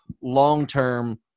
long-term